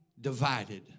divided